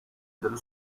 delle